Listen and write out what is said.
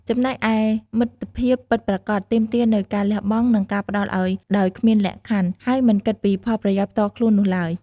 ចំណែកឯ មិត្តភាពពិតប្រាកដទាមទារនូវការលះបង់ និងការផ្តល់ឲ្យដោយគ្មានលក្ខខណ្ឌ ហើយមិនគិតពីផលប្រយោជន៍ផ្ទាល់ខ្លួននោះឡើយ។